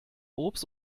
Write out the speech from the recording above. obst